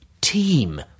team